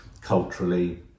culturally